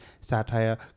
satire